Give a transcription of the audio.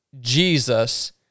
Jesus